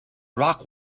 rock